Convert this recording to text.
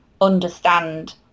understand